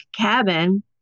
cabin